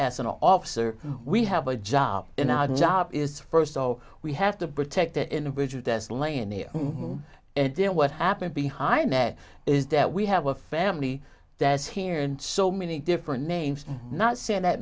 as an officer we have a job in our job is first of all we have to protect the individual as lonie and then what happened behind that is that we have a family that is here and so many different names not saying that